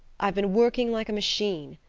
i've been working like a machine,